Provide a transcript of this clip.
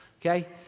Okay